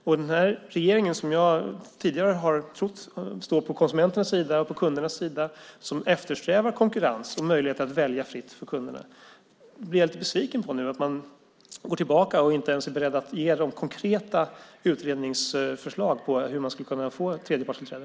Jag har tidigare trott att regeringen står på konsumenternas och kundernas sida, eftersträvar konkurrens och möjligheten att välja fritt för kunderna. Jag blir nu lite besviken på att man nu går tillbaka och inte ens är beredd att ge konkreta utredningsförslag på hur man skulle kunna få tredjepartstillträde.